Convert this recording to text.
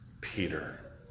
Peter